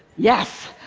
yes!